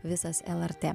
visas lrt